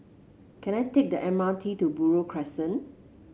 can I take the M R T to Buroh Crescent